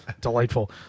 Delightful